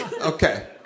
Okay